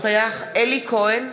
לכם,